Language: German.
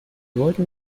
wollten